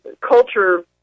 culture